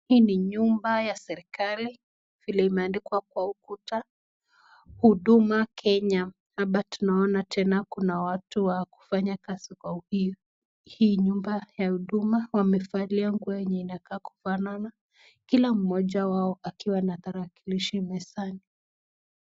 Hii ni nyumba ya serekali vile imeandikwa kwa ukuta huduma kenya. Hapa tunaona tena kuna watu wa kufanya kazi hii nyumba ya huduma. Wamevalia nguo yenye inakaa kufanana kila mmoja wao akiwa na tarakilishi mezani.